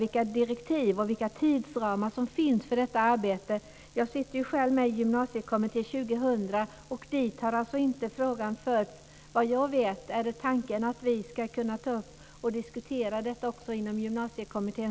Vilka direktiv och vilka tidsramar finns det för detta arbete? Jag sitter själv med i Gymnasiekommitté 2000, och dit har inte frågan förts, såvitt jag vet. Är det tanken att vi ska ta upp och diskutera den inom Gymnasiekommittén?